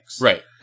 Right